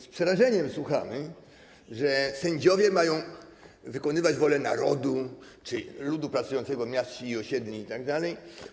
Z przerażeniem słuchamy, że sędziowie mają wykonywać wolę narodu czy ludu pracującego miast, wsi, osiedli itd.